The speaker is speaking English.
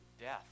death